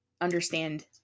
understand